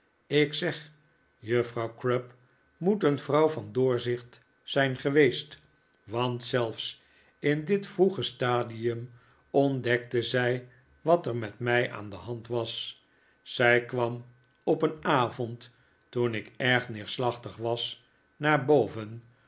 ik zeg juffrouw crupp moet een vrouw van doorzicht zijn geweest want zelfs in dit vroege stadium ontdekte zij wat er met mij aan de hand was zij kwam op een avond toen ik erg neerslachtig was naar boven